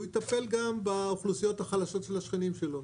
יתפעל גם באוכלוסיות החלשות של השכנים שלו.